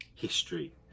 history